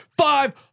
five